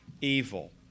evil